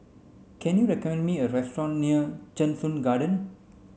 can you recommend me a restaurant near Cheng Soon Garden